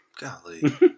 Golly